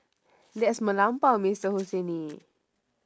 that's melampau mister husaini